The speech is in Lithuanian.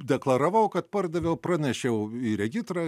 deklaravau kad pardaviau pranešiau į regitrą